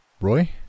Roy